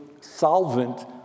solvent